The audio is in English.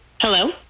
Hello